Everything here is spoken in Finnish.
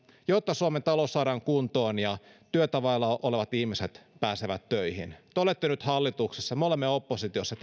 jotta suomen talous saadaan kuntoon ja työtä vailla olevat ihmiset pääsevät töihin te olette nyt hallituksessa me olemme oppositiossa